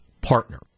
partner